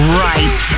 right